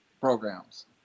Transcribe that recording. programs